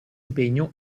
impegno